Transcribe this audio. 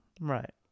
Right